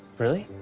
really?